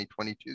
2022